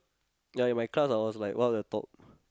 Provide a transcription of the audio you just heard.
ya in my class I was like one of the top